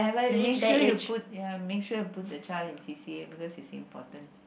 you make sure you put ya make sure you put the child in C_C_A because is important